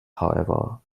however